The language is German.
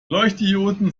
leuchtdioden